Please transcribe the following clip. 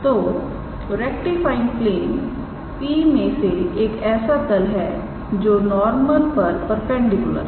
तो rectifying plane P में से एक ऐसा तल है जो नॉर्मल पर परपेंडिकुलर है